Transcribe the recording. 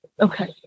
okay